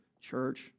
church